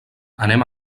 anem